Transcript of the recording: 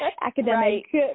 academic